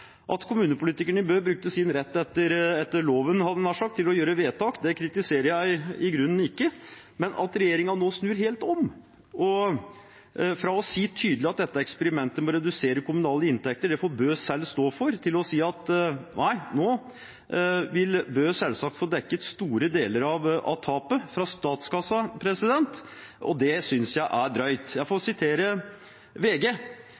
At kommunepolitikerne i Bø brukte sin rett etter loven til å gjøre vedtak, kritiserer jeg i grunnen ikke, men at regjeringen nå snur helt om, fra å si tydelig at dette eksperimentet med å redusere kommunale inntekter får Bø selv står for, til å si nei, nå vil Bø selvsagt få dekket store deler av tapet av statskassen, synes jeg er drøyt. Jeg får sitere VG,